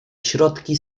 środki